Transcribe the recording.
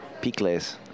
picles